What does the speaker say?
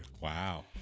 Wow